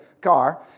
car